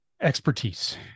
expertise